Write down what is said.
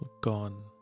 gone